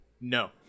no